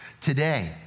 today